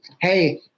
Hey